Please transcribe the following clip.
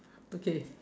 okay